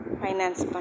finance